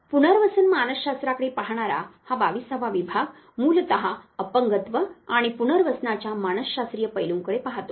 पुनर्वसन मानसशास्त्राकडे पाहणारा हा 22 वा विभाग मूलत अपंगत्व आणि पुनर्वसनाच्या मानसशास्त्रीय पैलूंकडे पाहतो